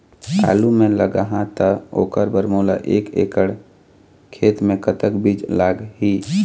आलू मे लगाहा त ओकर बर मोला एक एकड़ खेत मे कतक बीज लाग ही?